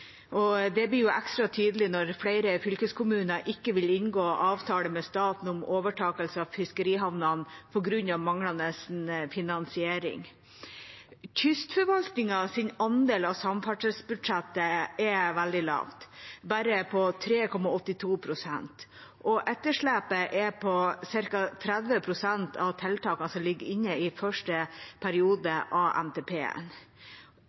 Det blir ekstra tydelig når flere fylkeskommuner ikke vil inngå avtale med staten om overtakelse av fiskerihavnene på grunn av manglende finansiering. Kystforvaltningens andel av samferdselsbudsjettet er veldig lav, bare 3,82 pst. Etterslepet er på ca. 30 pst. av tiltakene som ligger inne i første